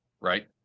right